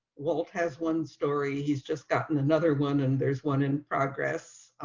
walt has one story he's just gotten another one. and there's one in progress.